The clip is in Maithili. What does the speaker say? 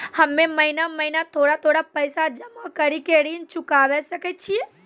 हम्मे महीना महीना थोड़ा थोड़ा पैसा जमा कड़ी के ऋण चुकाबै सकय छियै?